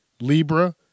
Libra